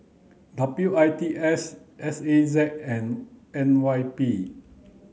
W I T S S A Z and N Y P